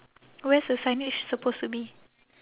where's the signage supposed to be